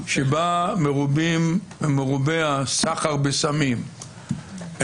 שבה מרובה הסחר בסמים,